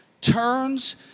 turns